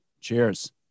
cheers